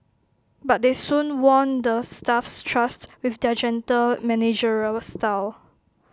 but they soon won the staff's trust with their gentle managerial style